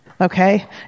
Okay